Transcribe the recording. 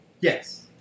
Yes